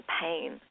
pain